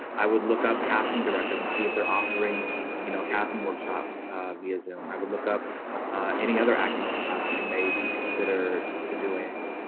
i would look up casting directors and see if they're offering you know casting workshops via zoom. i would look up any other acting class, you may be considered to doing